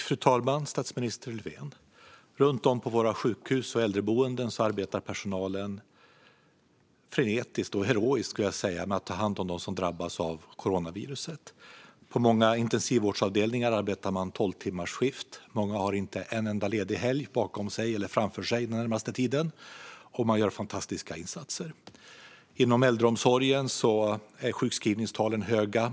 Fru talman, statsminister Löfven! Runt om på våra sjukhus och äldreboenden arbetar personalen frenetiskt och heroiskt med att ta hand om dem som drabbats av coronaviruset. På många intensivvårdsavdelningar arbetar man i tolvtimmarsskift. Många har inte en enda ledig helg bakom sig eller framför sig den närmaste tiden. Man gör fantastiska insatser. Inom äldreomsorgen är sjukskrivningstalen höga.